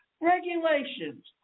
regulations